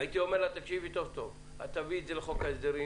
הייתי אומר לה שהיא תביא את זה לחוק ההסדרים